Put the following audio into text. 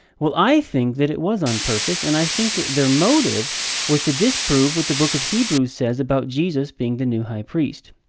well, i think that it was on purpose, and i think that their motive was to disprove what the book of hebrews says about jesus being the new high priest.